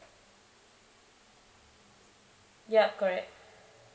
ya correct